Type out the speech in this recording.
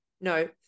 no